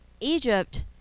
Egypt